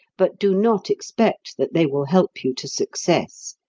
but do not expect that they will help you to success.